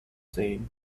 seen